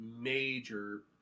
major